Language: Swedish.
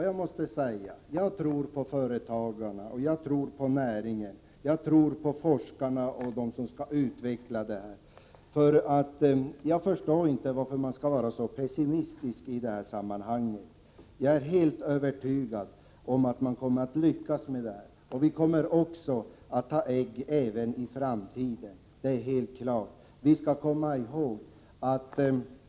Jag sätter tilltro till företagarna, näringen, forskarna och övriga som skall utveckla nya system och förstår inte varför man skall vara så pessimistisk i detta sammanhang. Jag är helt övertygad om att man kommer att lyckas med detta. Det är helt klart att vi även i framtiden kommer att ha svenskproducerade ägg.